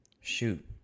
Shoot